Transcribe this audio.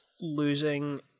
losing